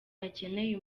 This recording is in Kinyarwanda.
akeneye